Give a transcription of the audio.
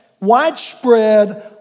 Widespread